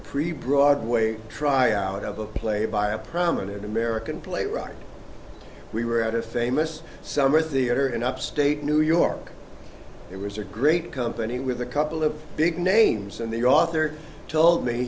preprocessed way try out of a play by a prominent american playwright we were at a famous summer theater in upstate new york it was a great company with a couple of big names and the author told me